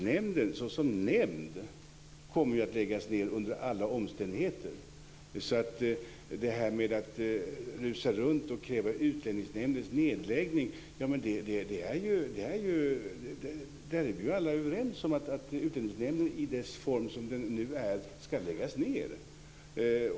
Fru talman! Utlänningsnämnden som nämnd kommer ju under alla omständigheter att läggas ned. När det gäller detta att rusa runt och kräva nedläggning av Utlänningsnämnden vill jag säga att vi ju alla är överens om att Utlänningsnämnden i dess nuvarande form ska läggas ned.